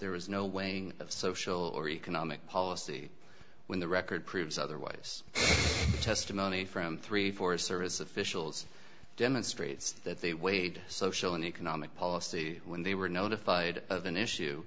there is no way of social or economic policy when the record proves otherwise testimony from three forest service officials demonstrates that they weighed social and economic policy when they were notified of an issue